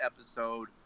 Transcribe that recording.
episode